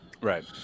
Right